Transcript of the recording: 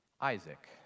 Isaac